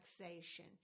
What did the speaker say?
relaxation